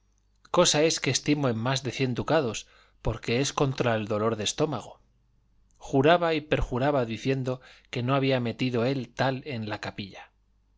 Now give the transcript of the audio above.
cosa es que estimo en más de cien ducados porque es contra el dolor de estómago juraba y perjuraba diciendo que no había metido él tal en la capilla